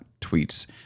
tweets